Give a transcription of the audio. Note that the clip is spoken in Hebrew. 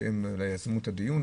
שגם יזמו את הדיון,